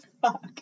Fuck